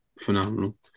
phenomenal